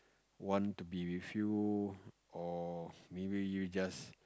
want to be with you or maybe you just